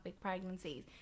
pregnancies